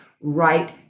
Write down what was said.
right